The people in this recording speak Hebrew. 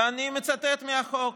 ואני מצטט מהחוק: